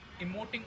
emoting